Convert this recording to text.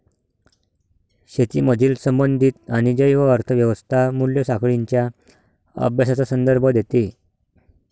शेतीमधील संबंधित आणि जैव अर्थ व्यवस्था मूल्य साखळींच्या अभ्यासाचा संदर्भ देते